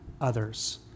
others